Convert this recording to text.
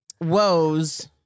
woes